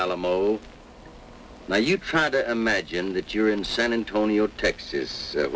alamo now you try to imagine that you're in san antonio texas